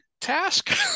task